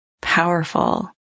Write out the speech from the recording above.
powerful